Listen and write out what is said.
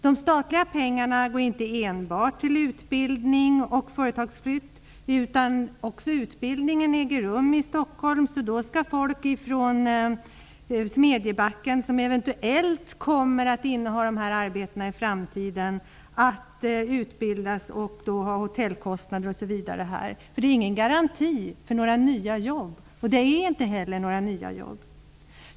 De statliga pengarna går inte enbart till utbildning och företagsflytt. Utbildningen äger rum i Stockholm, och då skall de människor från Smedjebacken som eventuellt kommer att inneha dessa arbeten i framtiden att utbildas och ha hotellkostnader osv. här. Det finns igen garanti för några nya jobb, och det blir heller inte några nya jobb.